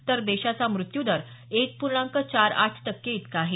तर देशाचा मृत्यूदर एक पूर्णांक चार आठ टक्के इतका आहे